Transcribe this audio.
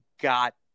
got